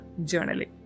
Journaling